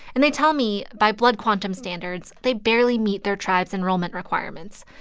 and they tell me, by blood quantum standards, they barely meet their tribes' enrollment requirements.